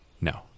No